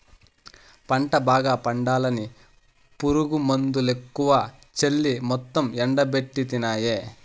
పంట బాగా పండాలని పురుగుమందులెక్కువ చల్లి మొత్తం ఎండబెట్టితినాయే